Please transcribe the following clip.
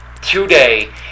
today